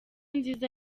nziza